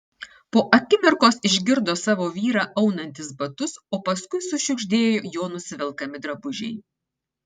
po akimirkos išgirdo savo vyrą aunantis batus o paskui sušiugždėjo jo nusivelkami drabužiai